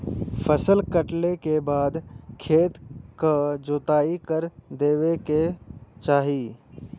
फसल कटले के बाद खेत क जोताई कर देवे के चाही